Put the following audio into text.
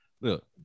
look